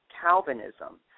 calvinism